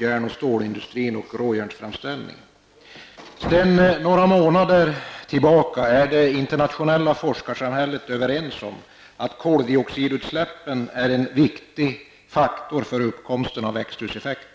järn och stålindustrin och råjärnsframställningen. Sedan några månader är det internationella forskarsamhället överens om att koldioxidutsläppen är en viktig faktor för uppkomsten av växthuseffekten.